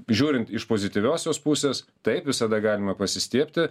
žiūrint iš pozityviosios pusės taip visada galima pasistiebti